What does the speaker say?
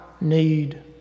need